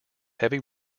heavy